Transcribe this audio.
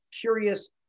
curious